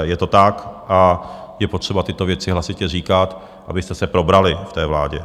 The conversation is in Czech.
Je to tak a je potřeba tyto věci hlasitě říkat, abyste se probrali v té vládě.